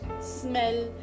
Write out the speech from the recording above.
smell